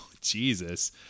jesus